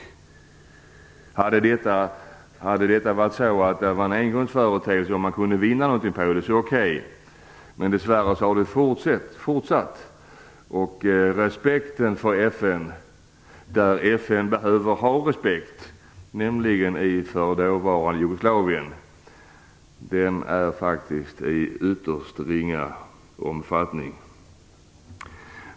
Om detta hade varit en engångsföreteelse och om de kunde vinna något på det hade det varit okej. Dess värre har detta fortsatt. Respekten för FN där FN behöver ha respekt, nämligen i det forna Jugoslavien, är faktiskt ytterst ringa. Herr talman!